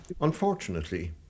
Unfortunately